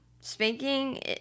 spanking